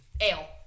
ale